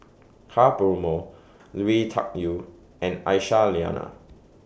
Ka Perumal Lui Tuck Yew and Aisyah Lyana